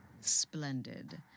Splendid